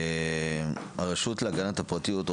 הרשות להגנת הפרטיות,